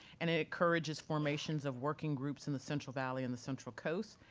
and it encourages formations of working groups in the central valley and the central coast.